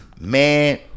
man